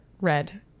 red